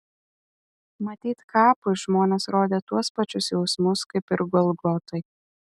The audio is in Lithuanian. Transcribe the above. matyt kapui žmonės rodė tuos pačius jausmus kaip ir golgotai